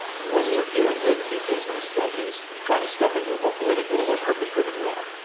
when you're dealing with a business that is trying to step into a more political or purpose-driven realm,